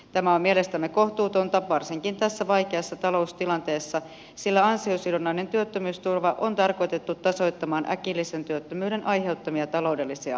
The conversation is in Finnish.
tämä on mielestämme kohtuutonta varsinkin tässä vaikeassa taloustilanteessa sillä ansiosidonnainen työttömyysturva on tarkoitettu tasoittamaan äkillisen työttömyyden aiheuttamia taloudellisia seurauksia